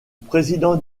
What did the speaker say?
président